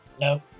No